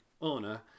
owner